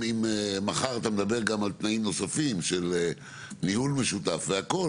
אם מחר אתה מדבר גם על תנאים נוספים של ניהול משותף והכל,